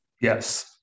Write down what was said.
Yes